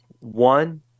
one